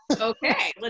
Okay